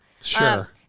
sure